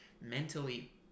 mentally